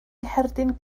ngherdyn